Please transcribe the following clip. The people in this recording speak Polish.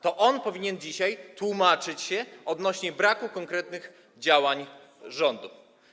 To on powinien dzisiaj tłumaczyć się z braku konkretnych działań rządu.